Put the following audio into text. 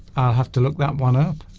have to look that one up